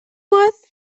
was